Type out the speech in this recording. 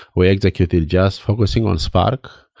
we executed just focusing on spark,